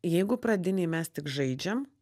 jeigu pradinėj mes tik žaidžiam